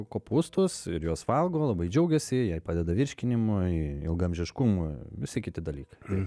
kopūstus ir juos valgo labai džiaugiasi jai padeda virškinimui ilgaamžiškumui visi kiti dalykai